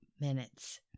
minutes